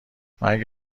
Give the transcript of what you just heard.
مرگ